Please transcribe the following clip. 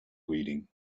reading